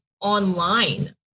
online